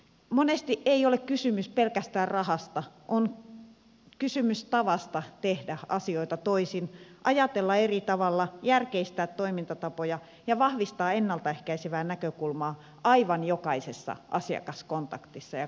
monesti ei ole kysymys pelkästään rahasta on kysymys tavasta tehdä asioita toisin ajatella eri tavalla järkeistää toimintatapoja ja vahvistaa ennalta ehkäisevää näkökulmaa aivan jokaisessa asiakaskontaktissa ja kohtaamisessa